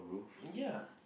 ya